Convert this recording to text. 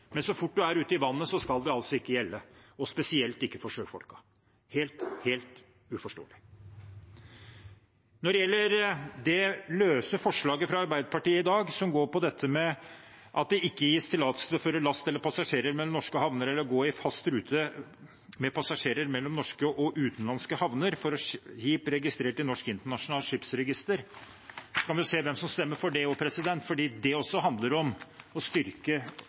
men så fort man er ute i vannet, skal det altså ikke gjelde, og spesielt ikke for sjøfolk. Det er helt uforståelig. Når det gjelder det løse forslaget fra Arbeiderpartiet i dag, som går på at det ikke gis tillatelse til å føre last eller passasjerer mellom norske havner eller å gå i fast rute med passasjerer mellom norske og utenlandske havner for skip registrert i norsk internasjonalt skipsregister, kan vi jo også se hvem som stemmer for det. For det handler også om å styrke